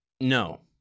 No